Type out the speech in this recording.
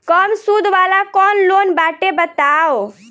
कम सूद वाला कौन लोन बाटे बताव?